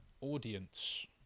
audience